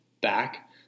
back